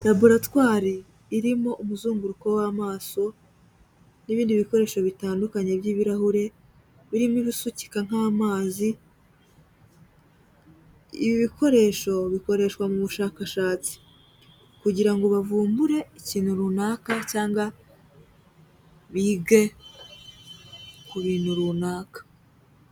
Laboratoire irimo umuzunguruko w'amaso n'ibindi bikoresho bitandukanye by'ibirahure, birimo ibisukika nk'amazi, ibi bikoresho bikoreshwa mu bushakashatsi, kugira ngo bavumbure ikintu runaka cyangwa bige ku bintu runaka.